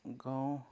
गाउँ